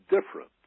different